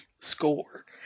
score